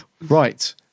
Right